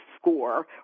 score